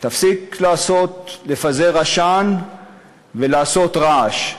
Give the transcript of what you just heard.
תפסיק לפזר עשן ולעשות רעש.